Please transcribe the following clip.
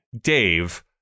Dave